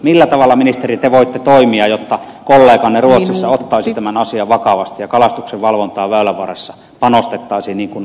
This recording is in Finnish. millä tavalla ministeri te voitte toimia jotta kolleganne ruotsissa ottaisi tämän asian vakavasti ja kalastuksen valvontaan väylänvarressa panostettaisiin niin kuin on sovittu